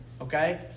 Okay